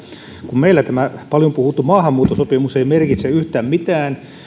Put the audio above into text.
kun meillä tämä paljon puhuttu maahanmuuttosopimus ei merkitse yhtään mitään